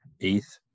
eighth